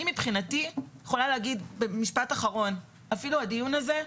אני מבחינתי יכולה לומר שאפילו הדיון הזה,